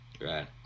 right